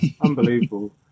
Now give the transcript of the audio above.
unbelievable